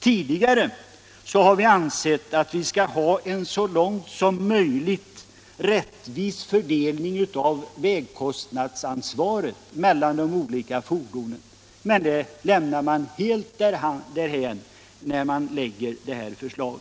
Tidigare har det ansetts att det skall vara en så långt som möjligt rättvis fördelning av vägkostnadsansvaret mellan de olika fordonen, men detta lämnar regeringen helt därhän, när den lägger fram sitt förslag.